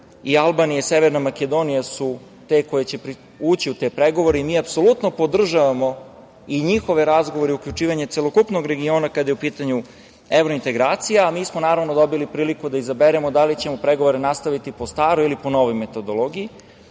i Albanija i Severna Makedonija su te koje će ući u te pregovore i mi apsolutno podržavamo i njihove razgovore i uključivanje celokupnog regiona kada je u pitanju evrointegracija. Mi smo, naravno, dobili priliku da izaberemo da li ćemo pregovore nastaviti po staroj ili po novoj metodologiji